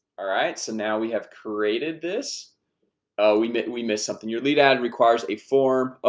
alright so now we have created this ah we missed we missed something your lead ad requires a form. ah